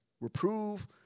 reprove